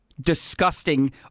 disgusting